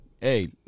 hey